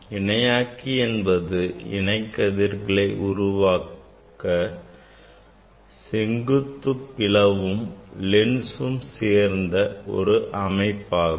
இணையாக்கி என்பது இணை கதிர்களை உருவாக்க செங்குத்து பிளவும் லென்சும் சேர்ந்த ஒரு அமைப்பாகும்